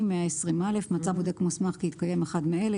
מצא בודק מוסמך כי התקיים אחד מאלה,